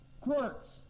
quirks